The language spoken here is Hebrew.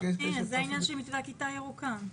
זה העניין של הכיתה הירוקה.